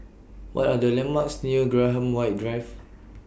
What Are The landmarks near Graham White Drive